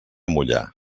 mullar